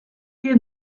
dans